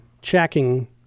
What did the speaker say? checking